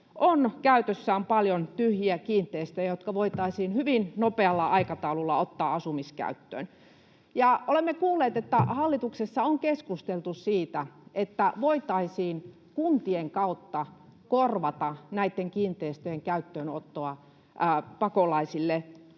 on käytössään paljon tyhjiä kiinteistöjä, jotka voitaisiin hyvin nopealla aikataululla ottaa asumiskäyttöön. Ja olemme kuulleet, että hallituksessa on keskusteltu siitä, että voitaisiin kuntien kautta korvata näitten kiinteistöjen käyttöönottoa pakolaisia